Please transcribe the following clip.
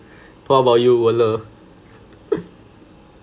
what about you wen le